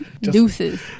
Deuces